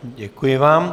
Děkuji vám.